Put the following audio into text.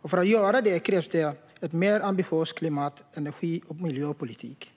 och för att komma dit krävs en mer ambitiös klimat-, energi och miljöpolitik.